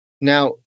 Now